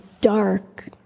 dark